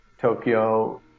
tokyo